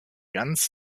ganz